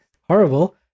Horrible